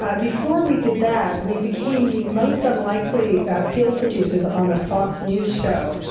ah before we did that, we became the most unlikely field producers on a fox news show.